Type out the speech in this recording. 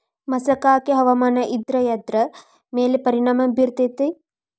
ಮಸಕಾಗಿ ಹವಾಮಾನ ಇದ್ರ ಎದ್ರ ಮೇಲೆ ಪರಿಣಾಮ ಬಿರತೇತಿ?